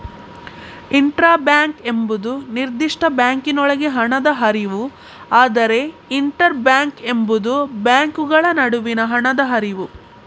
intra bank ಎಂಬುದು ನಿರ್ದಿಷ್ಟ ಬ್ಯಾಂಕಿನೊಳಗೆ ಹಣದ ಹರಿವು, ಆದರೆ ಇಂಟರ್ ಬ್ಯಾಂಕ್ ಎಂಬುದು ಬ್ಯಾಂಕುಗಳ ನಡುವಿನ ಹಣದ ಹರಿವು